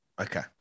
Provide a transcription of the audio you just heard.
okay